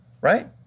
right